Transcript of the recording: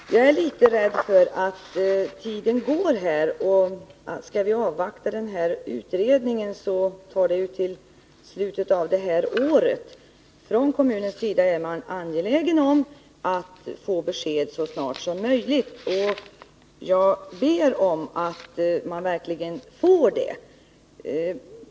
Herr talman! Jag är litet rädd för att tiden går. Om vi skall avvakta den här utredningen, dröjer det ju till slutet av året. Från kommunens sida är man angelägen om att få besked så snart som möjligt, och jag ber om att man verkligen skall få det.